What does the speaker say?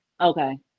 Okay